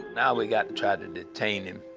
now we got to try to detain him,